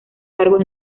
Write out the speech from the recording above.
cargos